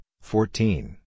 fourteen